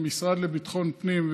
עם המשרד לביטחון פנים,